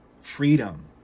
freedom